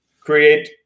create